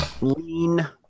Lean